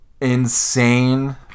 insane